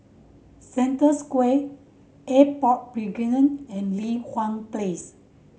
Century Square Airport Boulevard and Li Hwan Place